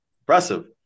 impressive